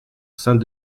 saint